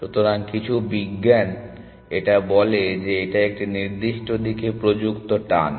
সুতরাং কিছু বিজ্ঞান এটা বলে যে এটা একটি নির্দিষ্ট দিকে প্রযুক্ত টান